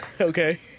Okay